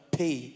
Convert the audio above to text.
pay